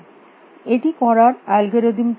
এটি করার অ্যালগরিদম টি কী